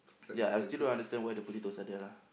ya I still don't understand why the potatoes are there lah